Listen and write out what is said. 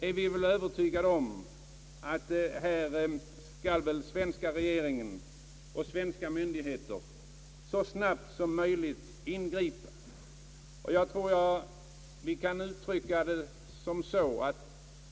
Vi anser väl alla att den svenska regeringen och svenska myndigheter så snabbt som möjligt måste ingripa på detta område.